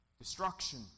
destruction